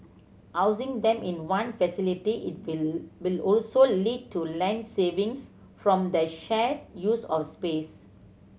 housing them in one facility it will will also lead to land savings from the shared use of space